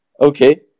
Okay